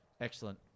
Excellent